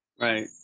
Right